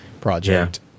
project